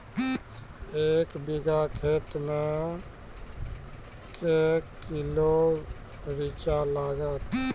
एक बीघा खेत मे के किलो रिचा लागत?